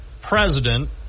president